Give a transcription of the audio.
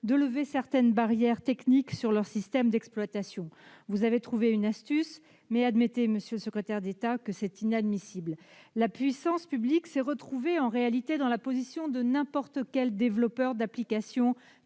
de lever certaines barrières techniques sur leur système d'exploitation. Vous avez trouvé une astuce, mais admettez, monsieur le secrétaire d'État, que c'est inadmissible ! En réalité, la puissance publique s'est retrouvée dans la position de n'importe quel développeur d'applications